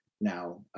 now